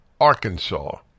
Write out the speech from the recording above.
Arkansas